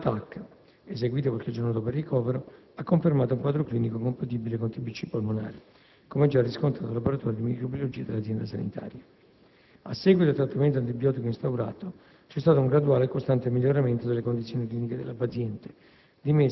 La TAC, eseguita qualche giorno dopo il ricovero, ha confermato un quadro clinico compatibile con TBC polmonare, come già riscontrato dal laboratorio di microbiologia dell'azienda sanitaria. A seguito del trattamento antibiotico instaurato, c'è stato un graduale e costante miglioramento delle condizioni cliniche della paziente,